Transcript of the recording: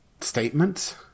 statements